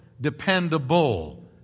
dependable